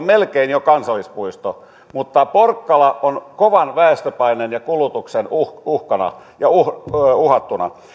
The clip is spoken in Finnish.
melkein jo kansallispuisto mutta porkkala on kovan väestöpaineen ja kulutuksen uhkaamana